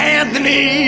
Anthony